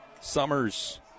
Summers